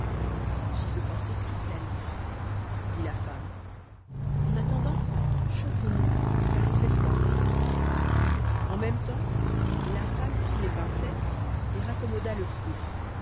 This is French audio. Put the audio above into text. j'y peux penser toute la nuit dit la femme en attendant chauffons nous car il fait froid en même temps la femme prit les pincettes et raccommoda le feu